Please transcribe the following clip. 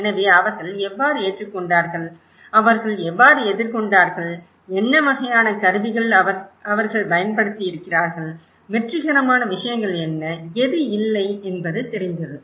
எனவே அவர்கள் எவ்வாறு ஏற்றுக்கொண்டார்கள் அவர்கள் எவ்வாறு எதிர்கொண்டார்கள் என்ன வகையான கருவிகள் அவர்கள் பயன்படுத்தியிருக்கிறார்கள் வெற்றிகரமான விஷயங்கள் என்ன எது இல்லை என்பது தெரிந்தது